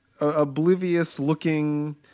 oblivious-looking